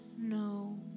no